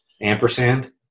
Ampersand